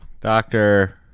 doctor